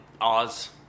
Oz